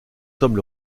sommes